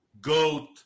goat